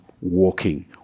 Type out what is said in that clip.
walking